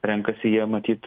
renkasi jie matyt